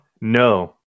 No